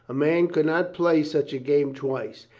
a man could not play such a game twice.